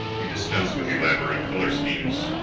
he dispensed with elaborate color schemes.